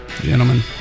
Gentlemen